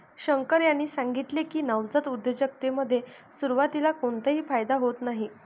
शंकर यांनी सांगितले की, नवजात उद्योजकतेमध्ये सुरुवातीला कोणताही फायदा होत नाही